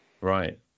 Right